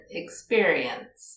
experience